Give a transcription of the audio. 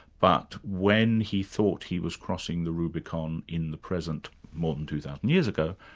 but when he thought he was crossing the rubicon in the present more than two thousand years ago,